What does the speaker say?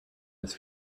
his